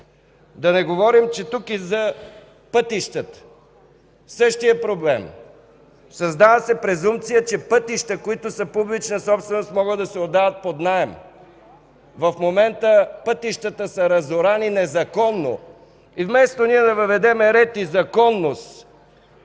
Да не говорим, че същият проблем е и за пътищата. Създава се презумпция, че пътища, които са публична собственост, могат да се отдават под наем. В момента пътищата са разорани незаконно и вместо да въведем ред и законност